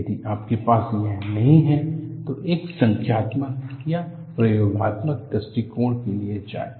यदि आपके पास यह नहीं है तो एक संख्यात्मक या प्रयोगात्मक दृष्टिकोण के लिए जाएं